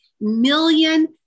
million